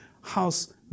house